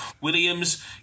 Williams